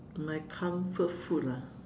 my comfort food ah